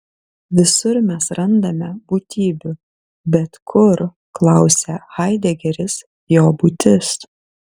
visur mes randame būtybių bet kur klausia haidegeris jo būtis